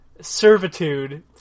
servitude